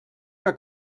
que